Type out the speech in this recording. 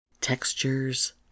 Textures